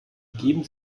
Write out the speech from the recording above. geben